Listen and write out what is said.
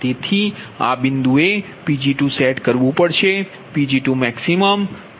તેથી આ બિંદુએ Pg2 સેટ કરવું પડશે Pg2max